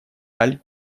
аль